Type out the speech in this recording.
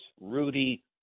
Rudy